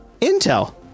Intel